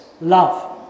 Love